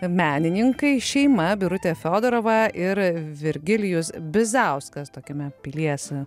menininkai šeima birutė fiodorovą ir virgilijus bizauskas tokiame pilies